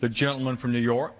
the gentleman from new york